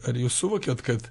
ar jūs suvokiat kad